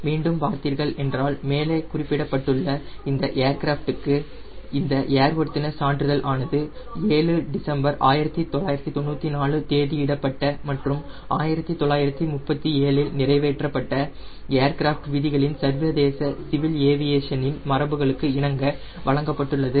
மீண்டும் பார்த்தீர்கள் என்றால் மேலே குறிப்பிடப்பட்டுள்ள இந்த ஏர்கிராஃப்ட்க்கு இந்த ஏர்வொர்தினஸ் சான்றிதழ் ஆனது 7 டிசம்பர் 1994 தேதி இடப்பட்ட மற்றும் 1937இல் நிறைவேற்றப்பட்ட ஏர்கிராஃப்ட் விதிகளின் சர்வதேச சிவில் ஏவியேஷனின் மரபுகளுக்கு இணங்க வழங்கப்பட்டுள்ளது